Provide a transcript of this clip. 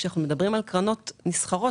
כאשר אנחנו מדברים על קרנות נסחרות,